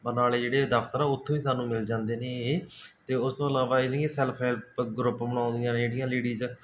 ਬਰਨਾਲੇ ਜਿਹੜੇ ਦਫ਼ਤਰ ਆ ਉੱਥੋਂ ਹੀ ਸਾਨੂੰ ਮਿਲ ਜਾਂਦੇ ਨੇ ਇਹ ਅਤੇ ਉਸ ਤੋਂ ਇਲਾਵਾ ਇਹਦੀਆਂ ਸੈਲਫ ਹੈਲਪ ਗਰੁੱਪ ਬਣਾਉਂਦੀਆਂ ਨੇ ਜਿਹੜੀਆਂ ਲੇਡੀਜ਼